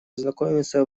ознакомиться